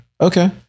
okay